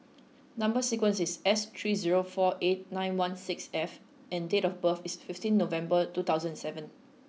number sequence is S three zero four eight nine one six F and date of birth is fifteen November two thousand seven